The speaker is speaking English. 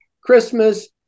christmas